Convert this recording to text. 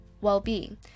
well-being